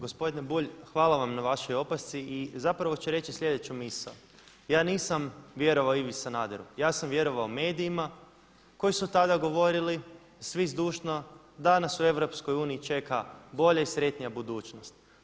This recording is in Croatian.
Gospodine Bulj, hvala vam na vašoj opasci i zapravo ću reći sljedeću misao, ja nisam vjerovao Ivi Sanaderu, ja sam vjerovao medijima koji su tada govorili svi zdušno da nas u EU čeka bolja i sretnija budućnost.